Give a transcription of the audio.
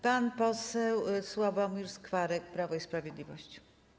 Pan poseł Sławomir Skwarek, Prawo i Sprawiedliwość.